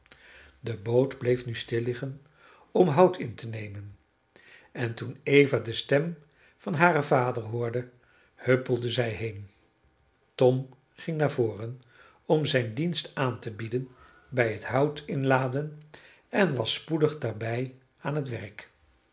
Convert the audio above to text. de boot bleef nu stilliggen om hout in te nemen en toen eva de stem van hare vader hoorde huppelde zij heen tom ging naar voren om zijn dienst aan te bieden bij het hout inladen en was spoedig daarbij aan het werk